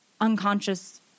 unconscious